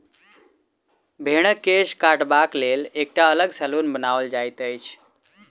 भेंड़क केश काटबाक लेल एकटा अलग सैलून बनाओल जाइत अछि